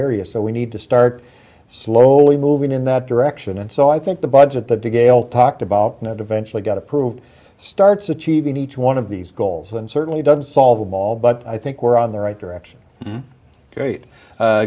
area so we need to start slowly moving in that direction and so i think the budget that to gail talked about that eventually got approved starts achieving each one of these goals and certainly doesn't solve the ball but i think we're on the right direction great